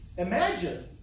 Imagine